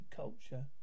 culture